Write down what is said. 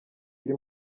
iri